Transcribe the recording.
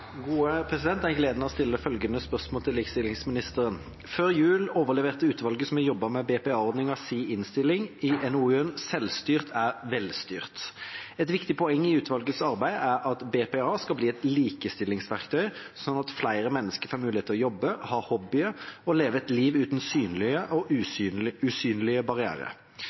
likestillingsministeren: «Før jul leverte utvalget som har jobbet med BPA-ordningen, sin innstilling i NOU-en "Selvstyrt er velstyrt". Et viktig poeng i utvalgets arbeid er at BPA skal bli et likestillingsverktøy, slik at flere mennesker får muligheten til å jobbe, ha hobbyer og leve et liv uten synlige og usynlige